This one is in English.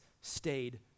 stayed